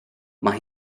mae